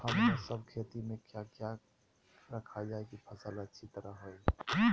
हमने सब खेती में क्या क्या किया रखा जाए की फसल अच्छी तरह होई?